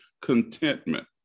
Contentment